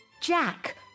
Jack